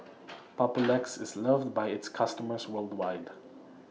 Papulex IS loved By its customers worldwide